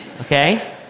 Okay